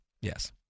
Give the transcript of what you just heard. Yes